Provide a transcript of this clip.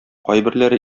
кайберләре